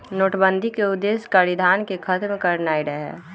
नोटबन्दि के उद्देश्य कारीधन के खत्म करनाइ रहै